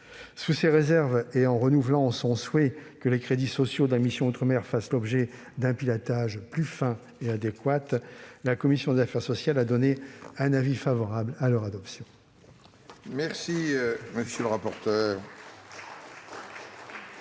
Sous ces réserves, et en renouvelant son souhait que les crédits sociaux de la mission « Outre-mer » fassent l'objet d'un pilotage plus fin et plus adéquat, la commission des affaires sociales a donné un avis favorable à leur adoption.